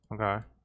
okay